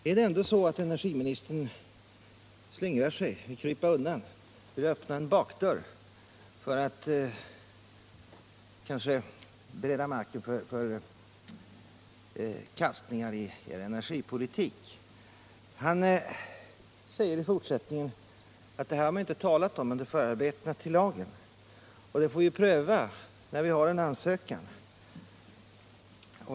Är det ändå så att energiministern slingrar sig och vill öppna en bakdörr för att kanske bereda vägen för omkastningar i regeringens energipolitik? Energiministern säger i fortsättningen av sitt svar att frågan inte har behandlats under förarbetena till lagen och får prövas när det föreligger en ansökan.